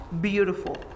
beautiful